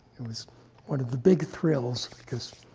it was one of the big thrills, because